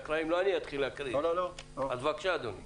הקראה, בבקשה אדוני.